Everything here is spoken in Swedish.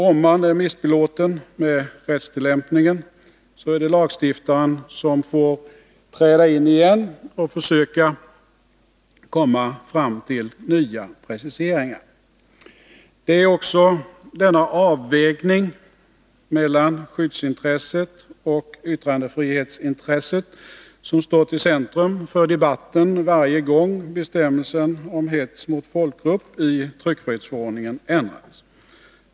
Om man är missbelåten med rättstillämpningen, är det lagstiftaren som får träda in igen och försöka komma fram till nya preciseringar. Det är också denna avvägning mellan skyddsintresset och yttrandefrihetsintresset som har stått i centrum för debatten varje gång bestämmelsen om hets mot folkgrupp i tryckfrihetsförordningen har ändrats.